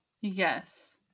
Yes